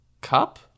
cup